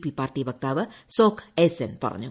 P പാർട്ടി വക്താവ് സോക് ഈസാൻ പറഞ്ഞു